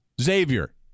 Xavier